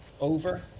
over